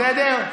בסדר?